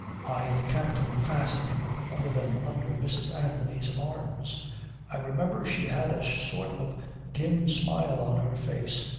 i and the captain fastened one of them under mrs. anthony's arms i remember she had a sort of dim smile on her face.